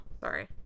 sorry